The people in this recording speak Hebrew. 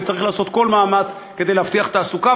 וצריך לעשות כל מאמץ כדי להבטיח תעסוקה,